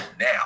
now